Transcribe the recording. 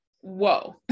Whoa